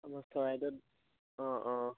চৰাইদেউত অঁ অঁ